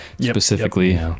specifically